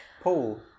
Paul